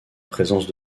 présence